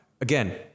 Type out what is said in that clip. Again